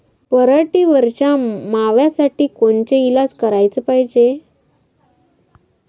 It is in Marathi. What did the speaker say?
पराटीवरच्या माव्यासाठी कोनचे इलाज कराच पायजे?